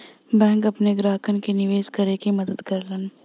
bank अपने ग्राहकन के निवेश करे में मदद करलन